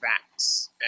facts